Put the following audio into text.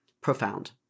profound